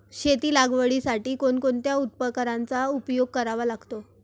शेती लागवडीसाठी कोणकोणत्या उपकरणांचा उपयोग करावा लागतो?